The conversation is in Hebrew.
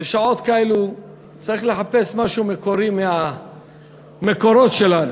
בשעות כאלה צריך לחפש משהו מקורי מהמקורות שלנו.